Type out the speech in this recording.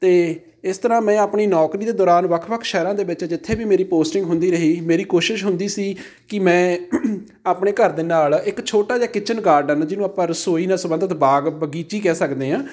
ਅਤੇ ਇਸ ਤਰ੍ਹਾਂ ਮੈਂ ਆਪਣੀ ਨੌਕਰੀ ਦੇ ਦੌਰਾਨ ਵੱਖ ਵੱਖ ਸ਼ਹਿਰਾਂ ਦੇ ਵਿੱਚ ਜਿੱਥੇ ਵੀ ਮੇਰੀ ਪੋਸਟਿੰਗ ਹੁੰਦੀ ਰਹੀ ਮੇਰੀ ਕੋਸ਼ਿਸ਼ ਹੁੰਦੀ ਸੀ ਕਿ ਮੈਂ ਆਪਣੇ ਘਰ ਦੇ ਨਾਲ਼ ਇੱਕ ਛੋਟਾ ਜਿਹਾ ਕਿਚਨ ਗਾਰਡਨ ਜਿਹਨੂੰ ਆਪਾਂ ਰਸੋਈ ਨਾਲ਼ ਸੰਬੰਧਿਤ ਬਾਗ਼ ਬਗੀਚੀ ਕਹਿ ਸਕਦੇ ਹਾਂ